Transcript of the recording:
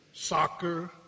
Soccer